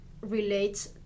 relates